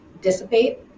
dissipate